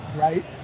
right